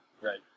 Right